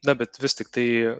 na bet vis tiktai